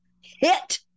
hit